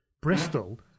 Bristol